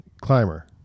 climber